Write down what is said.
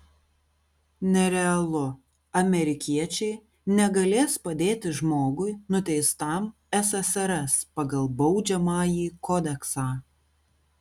nerealu amerikiečiai negalės padėti žmogui nuteistam ssrs pagal baudžiamąjį kodeksą